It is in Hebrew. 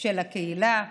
של הקהילה.